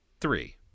Three